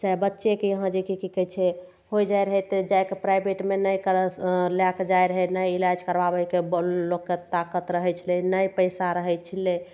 चाहे बच्चेके यहाँ की कहय छै होइ जाइ रहय तऽ जाइके प्राइवेटमे नहि करऽ लएके जाइ रहय ने इलाज करबाबयके लोकके ताकत रहय छलै ने पैसा रहय छै